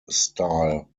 style